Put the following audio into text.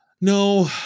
No